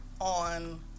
on